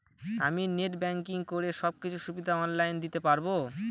আমি net banking করে সব কিছু সুবিধা অন লাইন দিতে পারবো?